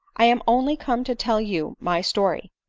i am only come to tell you my story,